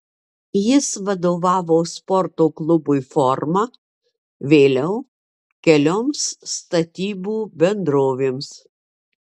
jis vadovavo sporto klubui forma vėliau kelioms statybų bendrovėms